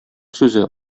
сүзе